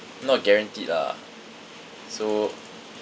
not guaranteed ah so